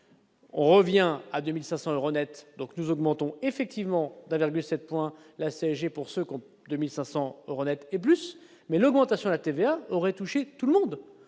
On revient à 2500 euros nets, donc nous augmentons effectivement d'un virgule 7 points la CG pour ce compte 2500 euros nets et plus, mais l'augmentation de la TVA aurait touché tout le monde